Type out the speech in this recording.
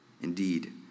Indeed